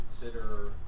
consider